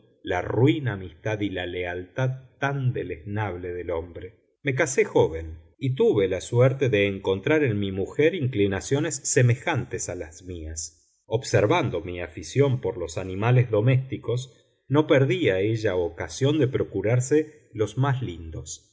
la ruin amistad y la lealtad tan deleznable del hombre me casé joven y tuve la suerte de encontrar en mi mujer inclinaciones semejantes a las mías observando mi afición por los animales domésticos no perdía ella ocasión de procurarse los más lindos